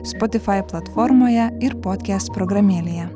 spotify platformoje ir podcast programėlėje